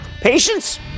Patience